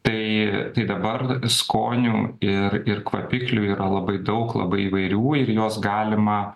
tai tai dabar skonių ir ir kvapiklių yra labai daug labai įvairių ir jos galima